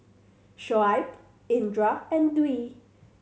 Shoaib Indra and Dwi